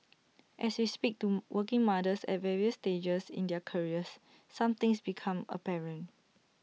as we speak to working mothers at various stages in their careers some things become apparent